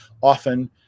often